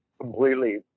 completely